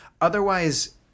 Otherwise